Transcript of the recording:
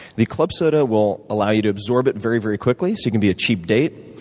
the club soda will allow you to absorb it very very quickly, so you can be a cheap date,